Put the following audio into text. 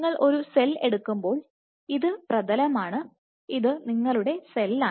നിങ്ങൾ ഒരു സെൽ എടുക്കുമ്പോൾ ഇത് പ്രതലമാണ് ഇത് നിങ്ങളുടെ സെല്ലാണ്